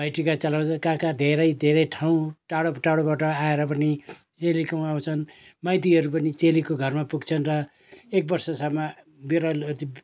भाइ टिका चलाउँछौँ कहाँ कहाँ धेरै धेरै ठाउँ टाढो टाढोबाट आएर पनि चेलीकोमा आउँछन् माइतीहरू पनि चेलीको घरमा पुग्छन् र एक बर्षसम्म